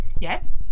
Yes